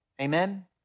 amen